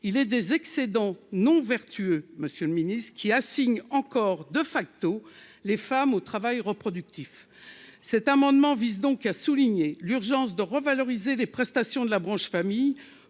il est des excédents non vertueux, monsieur le Ministre, qui assigne encore de facto les femmes au travail reproductif, cet amendement vise donc à souligner l'urgence de revaloriser les prestations de la branche famille